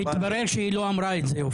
אופיר, התברר שהיא לא אמרה את זה.